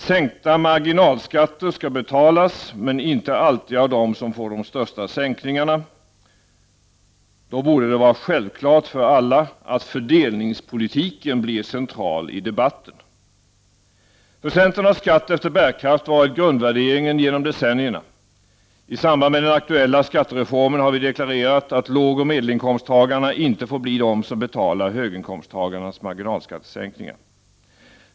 Sänkta marginalskatter skall betalas, men inte alltid av dem som får de största sänkningarna. Då borde det vara självklart för alla att fördelningspolitiken blir central i debatten. För centern har skatt efter bärkraft varit en grundvärdering under decennier. I samband med den aktuella skattereformen har vi deklarerat att lågoch medelinkomsttagarna inte får bli de som betalar höginkomsttagarnas marginalskattesänkningar.